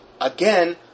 Again